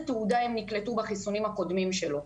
תעודה הם נקלטו בחיסונים הקודמים שלו.